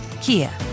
Kia